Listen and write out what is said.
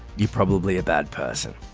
you're probably a bad person.